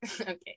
okay